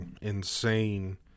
insane